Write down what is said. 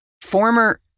Former